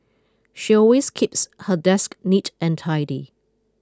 she always keeps her desk neat and tidy